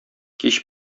кич